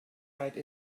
ride